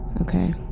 Okay